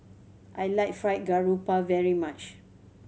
I like Fried Garoupa very much